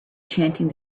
chanting